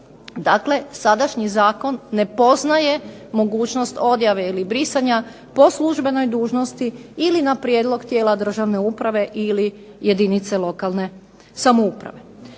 Dakle, sadašnji zakon ne poznaje mogućnost odjave ili brisanja po službenoj dužnosti ili na prijedlog tijela državne uprave ili jedinice lokalne samouprave.